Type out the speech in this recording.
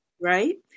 Right